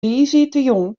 tiisdeitejûn